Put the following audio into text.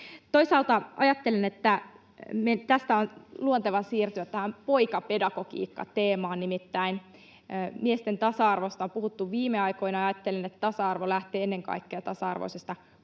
ajoissa. Ajattelen, että tästä on luonteva siirtyä tähän poikapedagogiikka-teemaan, nimittäin miesten tasa-arvosta on puhuttu viime aikoina, ja ajattelen, että tasa-arvo lähtee ennen kaikkea tasa-arvoisesta koulutuksesta.